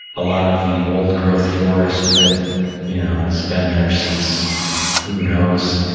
a lot of the old growth forest that you know has been there since who knows,